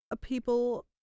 people